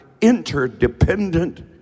interdependent